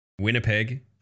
winnipeg